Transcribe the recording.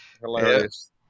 Hilarious